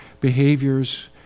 behaviors